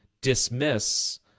dismiss